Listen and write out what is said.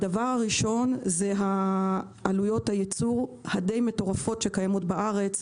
ראשית, עלויות הייצור הדי מטורפות בארץ,